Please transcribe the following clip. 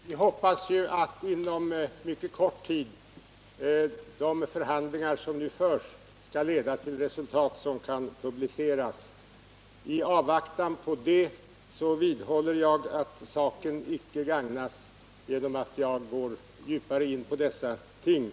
Herr talman! Vi hoppas ju att inom mycket kort tid de förhandlingar som nu förs skall leda till resultat som kan publiceras. I avvaktan på det vidhåller jag att saken icke gagnas genom att man går djupare in i dessa ting.